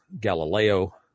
Galileo